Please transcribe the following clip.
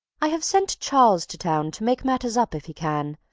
i have sent charles to town to make matters up if he can,